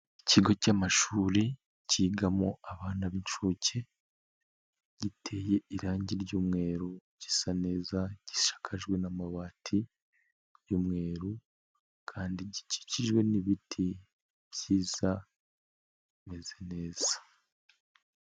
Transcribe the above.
Ikigo cy'amashuri kigamo abana b'incuke, giteye irangi ry'umweru, gisa neza gishakajwe n'amabati y'umweru, kandi gikikijwe n'ibiti byiza bimeze neza.